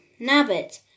Nabbit